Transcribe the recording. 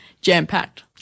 jam-packed